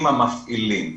עם המפעילים,